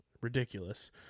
ridiculous